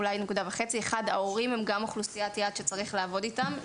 גם שההורים זו גם אוכלוסיית יעד שצריך לעבוד איתה בשיתוף.